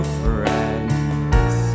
friends